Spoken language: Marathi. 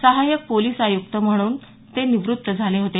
सहाय्यक पोलीस आयुक्त म्हणून ते निवृत्त झाले होते